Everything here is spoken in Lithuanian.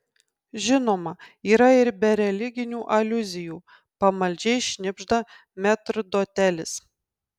žinoma yra ir be religinių aliuzijų pamaldžiai šnibžda metrdotelis